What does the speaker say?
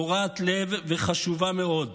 קורעת לב וחשובה מאוד,